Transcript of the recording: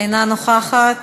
אינה נוכחת.